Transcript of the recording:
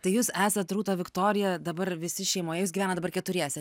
tai jūs esat rūta viktorija dabar visi šeimoje jūs gyvenat dabar keturiese